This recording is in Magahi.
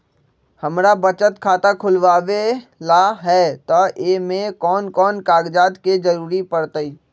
हमरा बचत खाता खुलावेला है त ए में कौन कौन कागजात के जरूरी परतई?